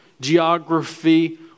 geography